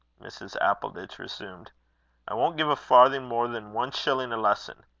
mrs. appleditch resumed i won't give a farthing more than one shilling a lesson.